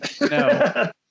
No